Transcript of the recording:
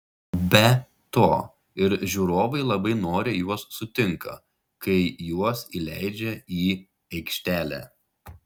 be to ir žiūrovai labai noriai juos sutinka kai juos įleidžia į aikštelę